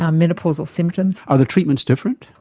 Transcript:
um menopausal symptoms. are the treatments different?